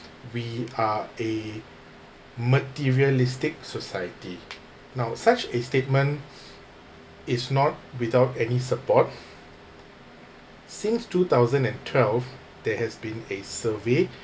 we are a materialistic society now such a statement is not without any support since two thousand and twelve there has been a survey